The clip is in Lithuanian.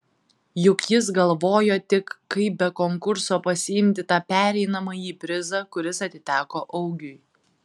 juk jis galvojo tik kaip be konkurso pasiimti tą pereinamąjį prizą kuris atiteko augiui